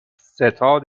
ستاد